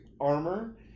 armor